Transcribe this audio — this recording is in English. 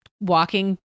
walking